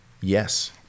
yes